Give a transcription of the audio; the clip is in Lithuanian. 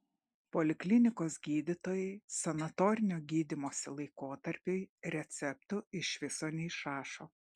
poliklinikos gydytojai sanatorinio gydymosi laikotarpiui receptų iš viso neišrašo